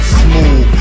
smooth